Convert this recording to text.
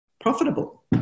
profitable